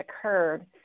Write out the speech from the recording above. occurred